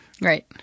Right